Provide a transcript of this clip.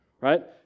right